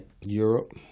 Europe